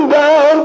down